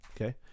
Okay